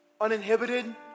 Uninhibited